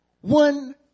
One